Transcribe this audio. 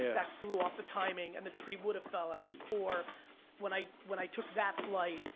ah that threw off the timing, and the tree would have fell on me, or when i when i took that flight,